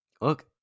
Look